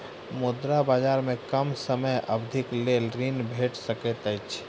मुद्रा बजार में कम समय अवधिक लेल ऋण भेट सकैत अछि